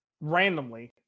randomly